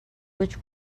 which